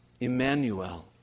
Emmanuel